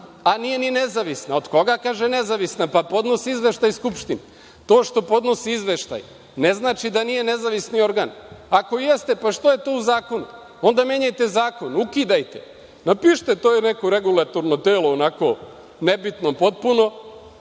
a nije ni nezavisna. Od koga kaže nezavisna, pa podnosi izveštaj Narodnoj skupštini. To što podnosi izveštaj ne znači da nije nezavisni organ. Ako jeste – zašto je to u zakonu? Onda menjajte zakon, ukidajte. Napišite, to je neko regulatorno telo, onako nebitno potpuno,